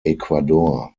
ecuador